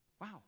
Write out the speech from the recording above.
Wow